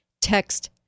Text